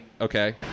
Okay